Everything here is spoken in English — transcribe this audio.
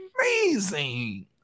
amazing